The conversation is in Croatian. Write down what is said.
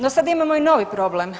No, sad imamo i novi problem.